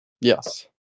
Yes